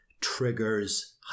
triggers